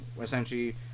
essentially